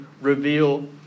reveal